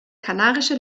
kanarische